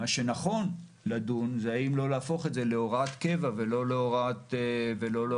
מה שנכון לדון זה האם לא להפוך את זה להוראת קבע ולא להוראת שעה.